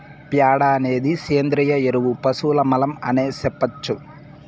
ప్యాడ అనేది సేంద్రియ ఎరువు పశువుల మలం అనే సెప్పొచ్చు